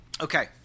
Okay